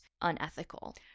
unethical